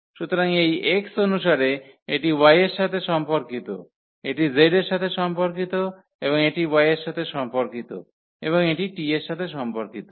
সুতরাং এই x অনুসারে এটি y এর সাথে সম্পর্কিত এটি z এর সাথে সম্পর্কিত এবং এটি y এর সাথে সম্পর্কিত এবং এটি t এর সাথে সম্পর্কিত